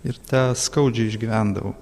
ir tą skaudžiai išgyvendavau